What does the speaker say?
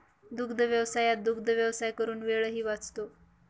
दुग्धव्यवसायात दुग्धव्यवसाय करून वेळही वाचतो